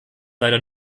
leider